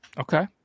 Okay